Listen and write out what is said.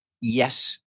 Yes